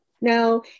Now